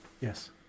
Yes